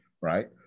right